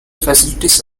facilities